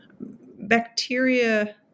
bacteria